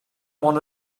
one